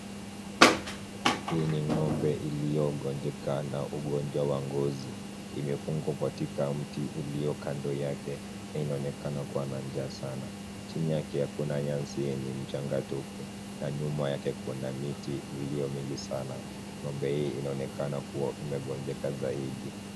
Hii ni ng'ombe iliyogonjeka na ugonjwa wa ngozi. Imefungwa katika mti ulio kando yake na inaonekana kuwa na njaa sana. Chini yake hakuna nyasi ni mchanga tupu na nyuma yake kuna miti ilio mingi sana. Ng'ombe hii inaonekana kuwa imegonjeka zaidi.